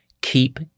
Keep